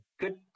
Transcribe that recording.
good